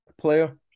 player